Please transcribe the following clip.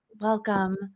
Welcome